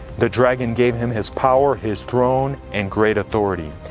the dragon gave him his power, his throne, and great authority.